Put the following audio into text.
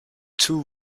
too